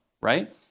right